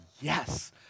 yes